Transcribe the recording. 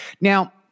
now